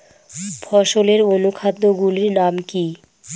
ফসলের অনুখাদ্য গুলির নাম কি?